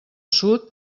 sud